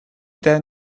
then